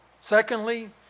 Secondly